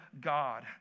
God